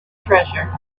treasure